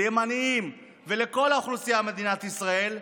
לימנים ולכל האוכלוסייה במדינת ישראל,